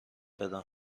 بدم